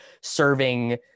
serving